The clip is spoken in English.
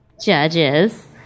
Judges